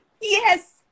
yes